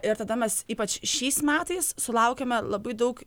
ir tada mes ypač šiais metais sulaukėme labai daug